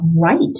right